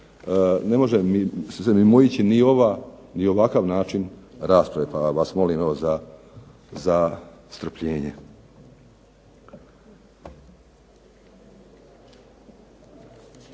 ne može se mimoići ni ova, ni ovakav način rasprave pa vas molim za strpljenje.